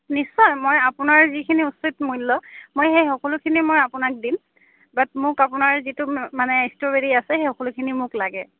নিশ্চয় মই আপোনাৰ যিখিনি উচিত মূল্য মই সেই সকলোখিনি মই আপোনাক দিম বাত মোক আপোনাৰ যিটো মানে ষ্ট্ৰবেৰী আছে সেই সকলোখিনি মোক লাগে